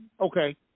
okay